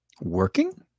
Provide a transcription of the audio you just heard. working